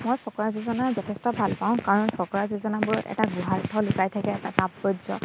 মই ফকৰা যোজনা যথেষ্ট ভাল পাওঁ কাৰণ ফকৰা যোজনাবোৰত এটা গূঢ়াৰ্থ লুকাই থাকে এটা তাৎপৰ্য